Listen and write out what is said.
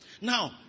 Now